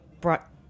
brought